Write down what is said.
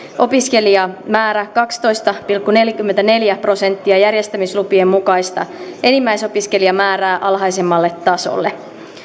opiskelijamäärä kaksitoista pilkku neljäkymmentäneljä prosenttia järjestämislupien mukaista enimmäisopiskelijamäärää alhaisemmalle tasolle